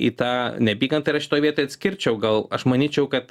į tą neapykanta yra šitoj vietoj atskirčiau gal aš manyčiau kad